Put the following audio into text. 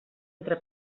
entre